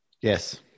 Yes